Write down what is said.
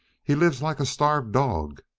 he lives like a starved dog.